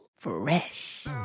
Fresh